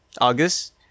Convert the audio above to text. August